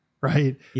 right